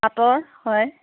পাটৰ হয়